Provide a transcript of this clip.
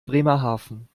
bremerhaven